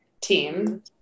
team